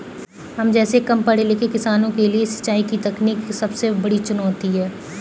हम जैसै कम पढ़े लिखे किसानों के लिए सिंचाई की तकनीकी सबसे बड़ी चुनौती है